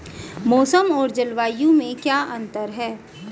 मौसम और जलवायु में क्या अंतर?